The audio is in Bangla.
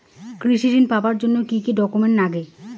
কৃষি ঋণ পাবার জন্যে কি কি ডকুমেন্ট নাগে?